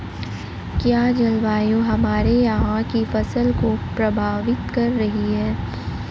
क्या जलवायु हमारे यहाँ की फसल को प्रभावित कर रही है?